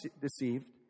deceived